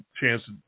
chance